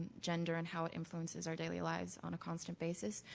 gender and how it influences our daily lives on a constant basis.